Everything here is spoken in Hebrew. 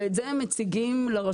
ואת זה הם מציגים לרשויות,